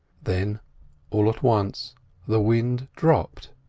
then all at once the wind dropped,